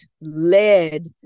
led